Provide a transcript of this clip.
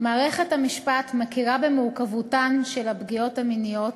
מערכת המשפט מכירה במורכבותן של הפגיעות המיניות,